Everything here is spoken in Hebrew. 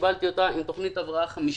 קיבלתי אותה עם תוכנית הבראה חמישית,